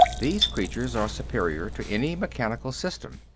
these creatures are superior to any mechanical system,